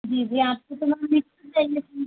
जी जी आपको तो मैम बिजी हो जाएंगे फ़िर